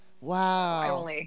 Wow